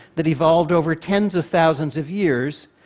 that evolved over tens of thousands of years,